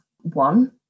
one